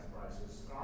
prices